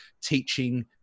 teaching